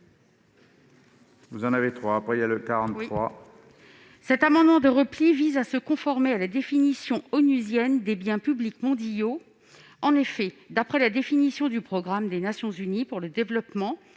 est à Mme Nicole Duranton. Cet amendement de repli vise à se conformer à la définition onusienne des biens publics mondiaux. En effet, d'après la définition du programme des Nations unies pour le développement